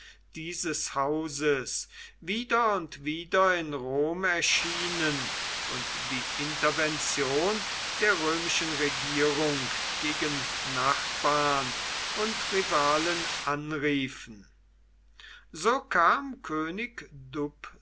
dieses hauses wieder und wieder in rom erschienen und die intervention der römischen regierung gegen nachbarn und rivalen anriefen so kam könig